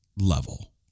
level